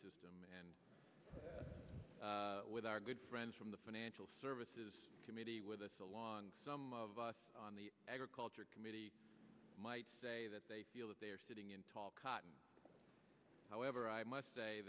o and with our good friends from the financial services committee with us along some of us on the agriculture committee might say that they feel that they are sitting in tall cotton however i must say